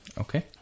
Okay